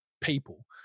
people